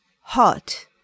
hot